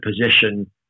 position